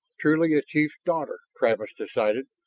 truly a chief's daughter, travis decided.